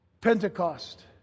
Pentecost